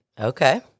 Okay